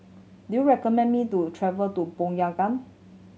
do you recommend me to travel to Pyongyang